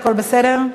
הכול בסדר?